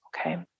Okay